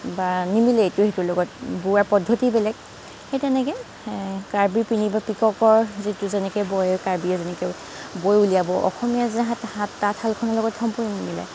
বা নিমিলে ইটো সিটোৰ লগত বোৱা পদ্ধতি বেলেগ সেই তেনেকৈ কাৰ্বি পিনি পিককৰ যিটো যে যেনেকৈ বয় কাৰ্বিয়ে যেনেকৈ বৈ ওলিয়াব অসমীয়াই যেনেকৈ তাতশালখনৰ লগত সম্পূৰ্ণ নিমিলে